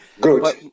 Good